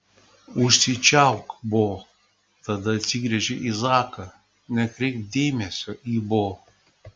užsičiaupk bo tada atsigręžė į zaką nekreipk dėmesio į bo